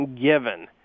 given